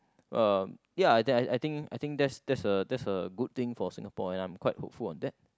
uh ya that I think I think that's that's a that's a good thing for Singapore and I'm quite hopeful on that